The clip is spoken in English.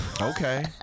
Okay